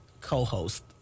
co-host